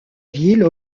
ville